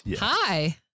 Hi